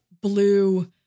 blue